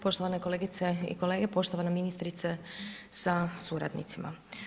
Poštovane kolegice i kolege, poštovana ministrice sa suradnicima.